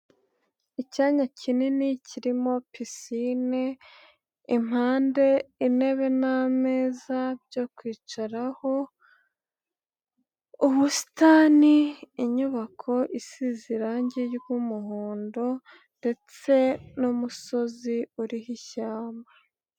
Icyanya kinini kirimo pisine, impande intebe n'ameza byo kwicaraho, ubusitani, inyubako isize irangi ry'umuhondo ndetse n'umusozi uriho ishyamba.